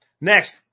Next